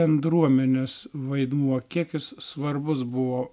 bendruomenės vaidmuo kiek jis svarbus buvo